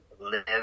live